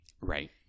Right